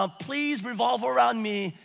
um please revolve around me,